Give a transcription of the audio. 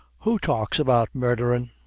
who talks about murdherin'?